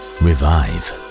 revive